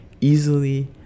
Easily